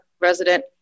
resident